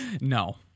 no